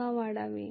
ते का वाढावे